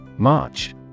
March